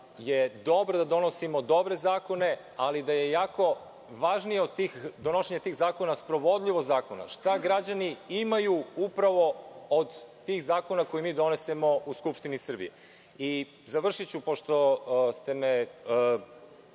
je dobro da donosimo dobre zakone, ali da je jako važnije od donošenja tih zakona sprovodljivost zakona. Šta građani imaju upravo od tih zakona koje mi donesemo u Skupštini Srbije. Završiću, pošto ste me